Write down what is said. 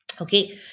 Okay